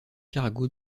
cargo